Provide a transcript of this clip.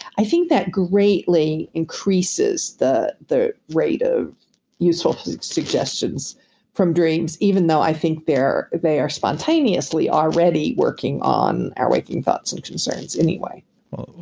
i think that greatly increases the the rate of useful suggestions from dreams even though i think they are spontaneously already working on our waking thoughts and concerns anyway well,